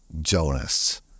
Jonas